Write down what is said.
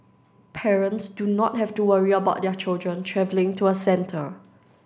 parents do not have to worry about their children travelling to a centre